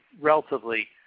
relatively